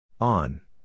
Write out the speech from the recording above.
On